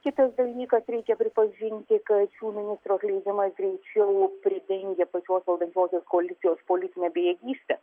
kitas dalykas reikia pripažinti kad šių ministrų atleidimas greičiau pridengia pačios valdančiosios koalicijos politinę bejėgystę